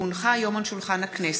כי הונחה היום על שולחן הכנסת,